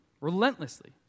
relentlessly